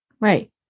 Right